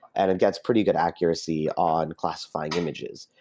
and it gets pretty good accuracy on classifying images.